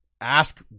ask